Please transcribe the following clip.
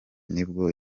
nibwo